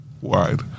wide